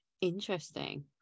Interesting